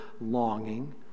longing